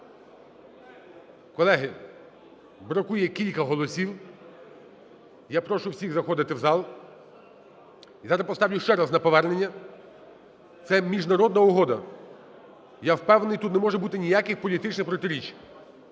Колеги, бракує кілька голосів. Я прошу всіх заходити в зал. І зараз я поставлю ще раз на повернення. Це міжнародна угода, я впевнений, тут не може бути ніяких політичних протиріч.